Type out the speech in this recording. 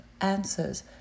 answers